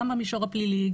גם במישור הפלילי,